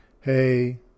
hey